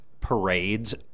parades